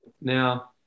Now